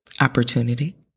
opportunity